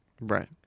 Right